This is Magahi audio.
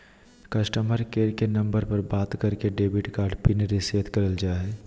कस्टमर केयर के नम्बर पर बात करके डेबिट कार्ड पिन रीसेट करल जा हय